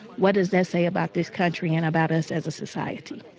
what does that say about this country and about us as a society?